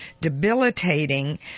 debilitating